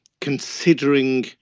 considering